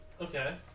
Okay